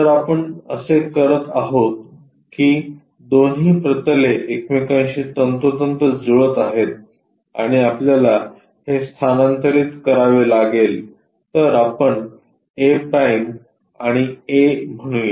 जर आपण असे करत आहोत की दोन्ही प्रतले एकमेकांशी तंतोतंत जुळत आहेत आणि आपल्याला हे स्थानांतरित करावे लागेल तर आपण a आणि a म्हणूया